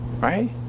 Right